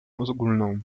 ogólną